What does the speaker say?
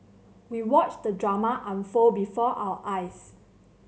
we watched the drama unfold before our eyes